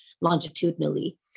longitudinally